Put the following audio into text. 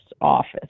office